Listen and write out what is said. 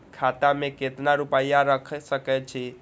खाता में केतना रूपया रैख सके छी?